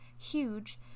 huge